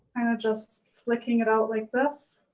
i'm just flicking it out like this.